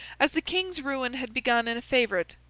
as the king's ruin had begun in a favourite,